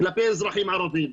כלפי אזרחים ערביים.